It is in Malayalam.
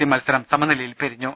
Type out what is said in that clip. സി മത്സരം സമനിലയിൽ പിരിഞ്ഞു